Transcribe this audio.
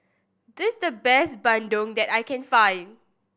this is the best Bandung that I can find